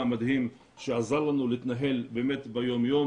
מדהים שעזר לנו להתנהל באמת ביום יום,